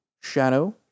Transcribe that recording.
Shadow